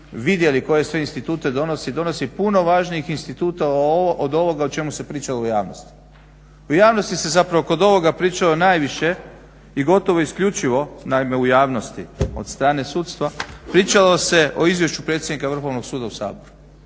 vidjeli koje sve institute donosi, donosi puno važnih instituta od ovoga o čemu se priča u javnosti. U javnosti se kod ovoga pričalo najviše i gotovo isključivo naime u javnosti od strane sudstva, pričalo se o izvješću predsjednika Vrhovnog suda u Saboru